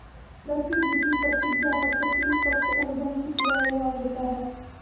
प्रतिभूति प्रतिज्ञापत्र तीन, पक्ष अनुबंध किया हुवा होता है